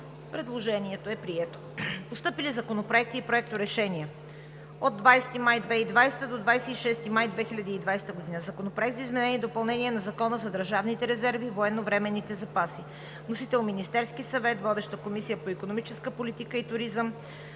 Предложението е прието.